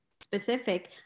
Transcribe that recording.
specific